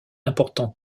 important